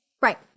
Right